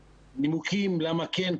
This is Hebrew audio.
הנימוקים למה כן,